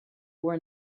were